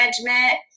management